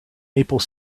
maple